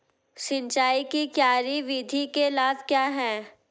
सिंचाई की क्यारी विधि के लाभ क्या हैं?